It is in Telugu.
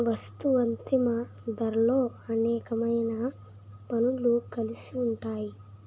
వస్తూ అంతిమ ధరలో అనేకమైన పన్నులు కలిసి ఉంటాయి